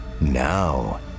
Now